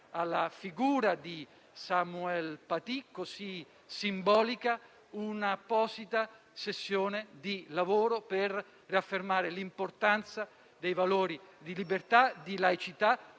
alla figura di Samuel Paty, così simbolica, un'apposita sessione di lavoro per riaffermare l'importanza dei valori di libertà e di laicità